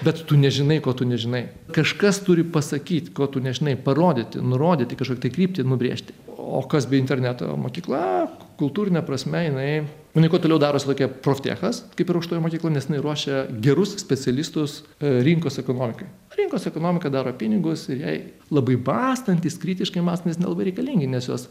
bet tu nežinai ko tu nežinai kažkas turi pasakyt ko tu nežinai parodyti nurodyti kažkokią tai kryptį nubrėžti o kas be interneto mokykla kultūrine prasme jinai jinai kuo toliau darosi tokia proftechas kaip ir aukštoji mokykla nes jinai ruošia gerus specialistus rinkos ekonomikai rinkos ekonomika daro pinigus ir jai labai mąstantis kritiškai mąstantys nelabai reikalingi nes jos